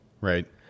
Right